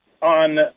on